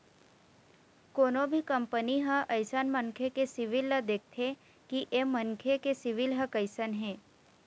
कोनो भी कंपनी ह अइसन मनखे के सिविल ल देखथे कि ऐ मनखे के सिविल ह कइसन हे